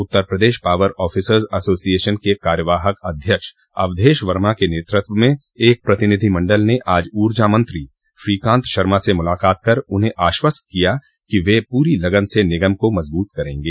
उत्तर Pradesh power officers association के कार्यवाहक अध्यक्ष अवधेश वर्मा के नेतृत्व में एक प्रतिनिधिमण्डल ने आज ऊर्जा मंत्री श्रीकांत शर्मा से मुलाकात कर उन्हें आश्वस्त किया कि वे पूरी लगन से निगम को मजबूत करेंगे